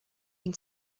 been